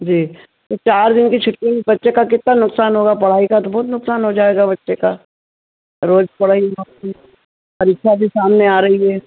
जी चार दिन की छुट्टी में बच्चे का कितना नुकसान होगा पढ़ाई का तो बहुत नुकसान हो जाएगा बच्चे का रोज पढ़ाई परीक्षा भी सामने आ रही है